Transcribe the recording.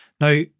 Now